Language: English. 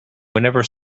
whenever